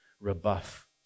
rebuff